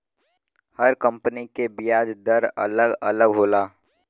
हर company के बियाज दर अलग अलग होला